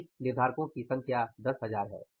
फिर निर्धारकों की संख्या 10000 है